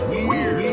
Weird